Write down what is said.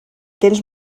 tens